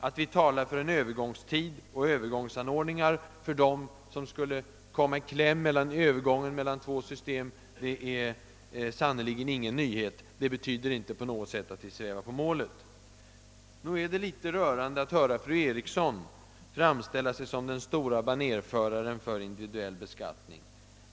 Att vi talar för en övergångstid och övergångsanordningar för dem som skulle komma i kläm i skarven mellan två system är sannerligen ingen nyhet. Det betyder inte på något sätt att vi svävar på målet. Nog är det litet rörande att höra fru Eriksson framställa sig som den stora banérföraren för individuell beskattning.